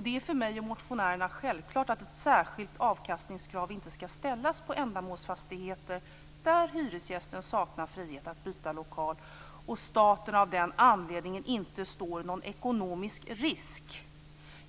Det är för mig och motionärerna självklart att ett särskilt avkastningskrav inte skall ställas på ändamålsfastigheter där hyresgästen saknar frihet att byta lokal och staten av den anledningen inte står någon ekonomisk risk.